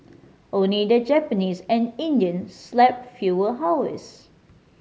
only the Japanese and Indians slept fewer hours